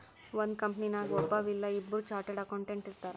ಒಂದ್ ಕಂಪನಿನಾಗ್ ಒಬ್ಬವ್ ಇಲ್ಲಾ ಇಬ್ಬುರ್ ಚಾರ್ಟೆಡ್ ಅಕೌಂಟೆಂಟ್ ಇರ್ತಾರ್